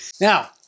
Now